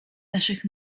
naszych